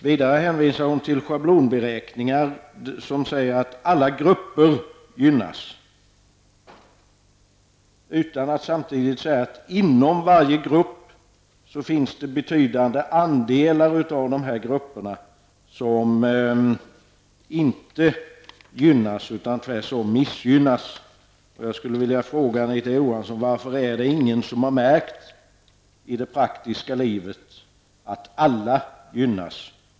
Anita Johansson hänvisar också till schablonberäkningar, som ger vid handen att alla grupper gynnas, utan att samtidigt säga att det inom varje grupp finns betydande andelar som inte gynnas utan tvärtom missgynnas. Jag vill fråga: Varför har ingen i det praktiska livet märkt att alla gynnas?